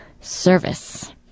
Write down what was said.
service